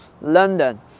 London